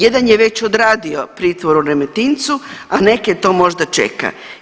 Jedan je već odradio pritvor u Remetincu, a neke to možda čeka.